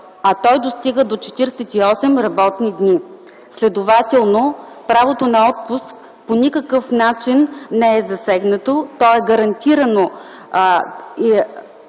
а той достига до 48 работни дни. Следователно, правото на отпуск по никакъв начин не е засегнато, то е гарантирано